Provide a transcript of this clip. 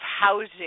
housing